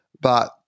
But-